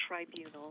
tribunal